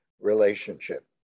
relationship